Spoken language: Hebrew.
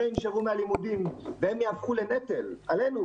ינשרו מן הלימודים וייהפכו לנטל עלינו,